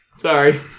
Sorry